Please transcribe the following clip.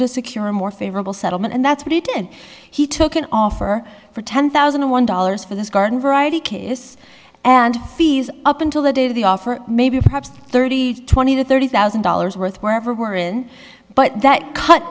to secure a more favorable settlement and that's what he did he took an offer for ten thousand and one dollars for this garden variety case and fees up until the day of the offer maybe perhaps thirty twenty to thirty thousand dollars worth whatever were in but that cut